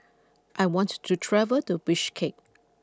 I want to travel to Bishkek